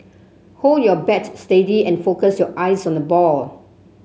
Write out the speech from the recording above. hold your bat steady and focus your eyes on the ball